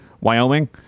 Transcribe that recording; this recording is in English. Wyoming